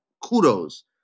kudos